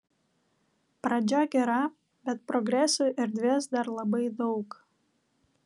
pradžia gera bet progresui erdvės dar labai daug